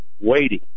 waiting